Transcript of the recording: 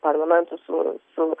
parlamentu su su